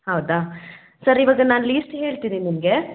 ಹೌದಾ ಸರ್ ಇವಾಗ ನಾ ಲೀಸ್ಟ್ ಹೇಳ್ತೀನಿ ನಿಮಗೆ